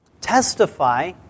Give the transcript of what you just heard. testify